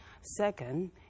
second